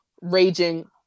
raging